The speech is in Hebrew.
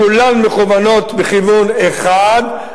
כולן מכוונות בכיוון אחד,